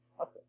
Okay